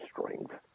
strength